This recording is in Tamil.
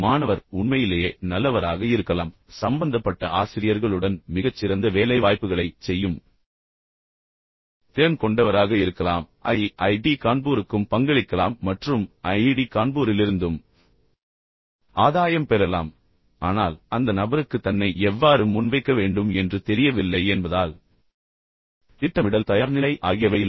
மாணவர் உண்மையிலேயே நல்லவராக இருக்கலாம் சம்பந்தப்பட்ட ஆசிரியர்களுடன் மிகச் சிறந்த வேலைவாய்ப்புகளைச் செய்யும் திறன் கொண்டவராக இருக்கலாம் IIT கான்பூருக்கும் பங்களிக்கலாம் மற்றும் ஐஐடி கான்பூரிலிருந்தும் ஆதாயம் பெறலாம் ஆனால் அந்த நபருக்கு தன்னை எவ்வாறு முன்வைக்க வேண்டும் என்று தெரியவில்லை என்பதால் திட்டமிடல் தயார்நிலை ஆகியவை இல்லை